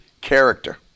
character